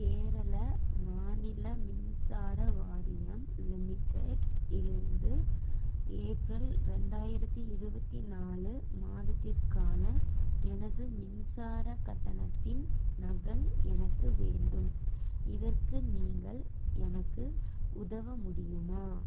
கேரள மாநில மின்சார வாரியம் லிமிடெட் இலிருந்து ஏப்ரல் ரெண்டாயிரத்தி இருபத்தி நாலு மாதத்திற்கான எனது மின்சார கட்டணத்தின் நகல் எனக்கு வேண்டும் இதற்கு நீங்கள் எனக்கு உதவ முடியுமா